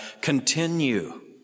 continue